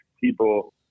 people